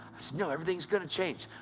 i said, no, everything's going to change.